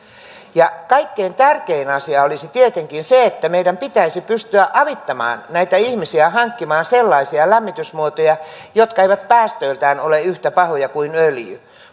kaikkein tärkein asia olisi tietenkin se että meidän pitäisi pystyä avittamaan näitä ihmisiä hankkimaan sellaisia lämmitysmuotoja jotka eivät päästöiltään ole yhtä pahoja kuin öljy